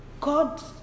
God